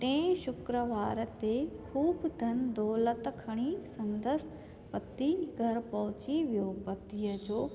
टे शुक्रवार ते को बि धन दौलत खणी संदसि पति घरु पहुची वियो पतीअ जो